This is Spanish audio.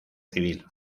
civil